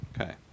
Okay